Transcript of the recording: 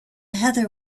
heather